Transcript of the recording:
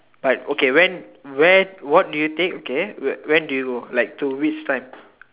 but okay when where what do you take okay when do you like to which time